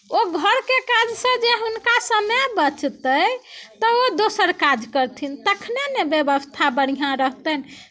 ओ घरके काजसँ जे हुनका समय बचतै तऽ ओ दोसर काज करथिन तखने ने व्यवस्था बढ़िआँ रहतनि